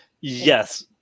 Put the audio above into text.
Yes